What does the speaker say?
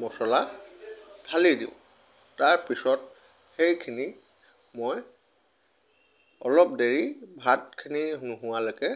মছলা ঢালি দিওঁ তাৰপিছত সেইখিনি মই অলপ দেৰি ভাতখিনি নোহোৱালৈকে